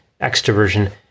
extroversion